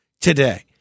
today